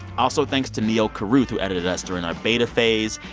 also, thanks to neal carruth, who edited us during our beta phase.